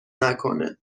نکنه